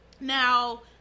now